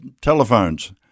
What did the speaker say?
telephones